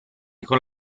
con